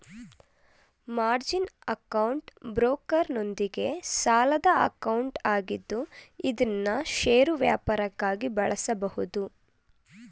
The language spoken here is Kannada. ಮಾರ್ಜಿನ್ ಅಕೌಂಟ್ ಬ್ರೋಕರ್ನೊಂದಿಗೆ ಸಾಲದ ಅಕೌಂಟ್ ಆಗಿದ್ದು ಇದ್ನಾ ಷೇರು ವ್ಯಾಪಾರಕ್ಕಾಗಿ ಬಳಸಬಹುದು